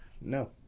No